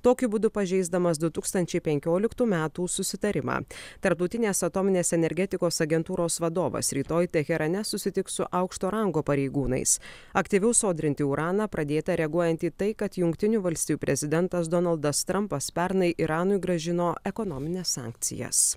tokiu būdu pažeisdamas du tūkstančiai penkioliktų metų susitarimą tarptautinės atominės energetikos agentūros vadovas rytoj teherane susitiks su aukšto rango pareigūnais aktyviau sodrinti uraną pradėta reaguojant į tai kad jungtinių valstijų prezidentas donaldas trampas pernai iranui grąžino ekonomines sankcijas